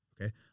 Okay